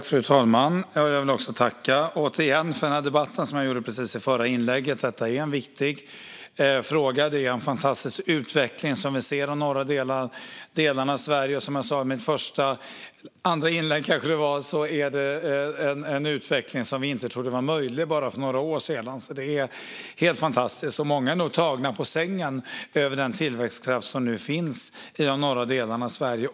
Fru talman! Jag vill återigen tacka för debatten, som jag gjorde i förra inlägget. Detta är en viktig fråga, och det är en fantastisk utveckling vi ser i de norra delarna av Sverige. Som jag också sa i ett tidigare inlägg är det en utveckling som vi inte trodde var möjlig för bara några år sedan. Det är helt fantastiskt. Många är nog tagna på sängen av den tillväxtkraft som nu finns i de norra delarna av Sverige.